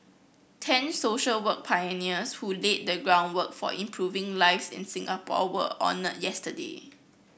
ten social work pioneers who laid the groundwork for improving lives in Singapore were honoured yesterday